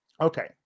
Okay